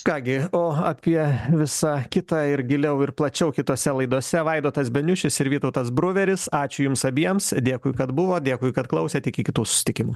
ką gi o apie visa kitą ir giliau ir plačiau kitose laidose vaidotas beniušis ir vytautas bruveris ačiū jums abiems dėkui kad buvot dėkui kad klausėt iki kitų susitikimų